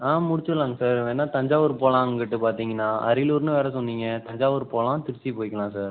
ஆ முடிச்சுர்லாங்க சார் வேணால் தஞ்சாவூர் போகலாம் அங்குட்டு பார்த்தீங்கனா அரியலூர்னு வேறு சொன்னிங்க தஞ்சாவூர் போகலாம் திருச்சி போய்க்கலாம் சார்